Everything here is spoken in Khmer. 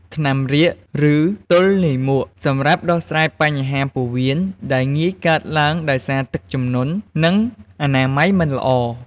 ថ្នាំរាគឬទល់លាមក សម្រាប់ដោះស្រាយបញ្ហាពោះវៀនដែលងាយកើតឡើងដោយសារទឹកជំនន់ និងអនាម័យមិនល្អ។